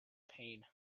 pain